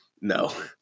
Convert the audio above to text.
No